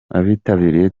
abitabiriye